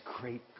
great